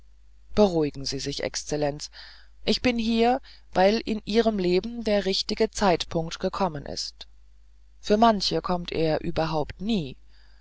beruhigen sie sich exzellenz ich bin hier weil in ihrem leben der richtige zeitpunkt gekommen ist für manche kommt er überhaupt nie